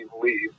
leave